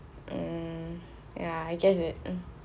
um ya I guess it